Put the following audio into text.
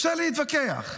אפשר להתווכח.